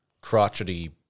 crotchety